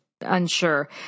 unsure